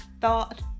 thought